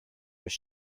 was